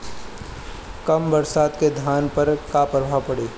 कम बरसात के धान पर का प्रभाव पड़ी?